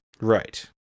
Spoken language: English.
Right